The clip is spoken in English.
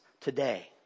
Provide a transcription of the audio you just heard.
today